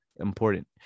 important